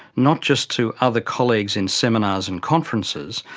not just to other colleagues in seminars and conferences,